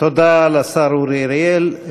תודה לשר אורי אריאל.